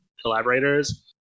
collaborators